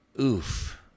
oof